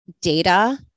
data